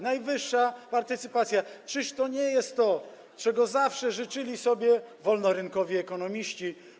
Najwyższa partycypacja - czyż to nie jest to, czego zawsze życzyli sobie wolnorynkowi ekonomiści?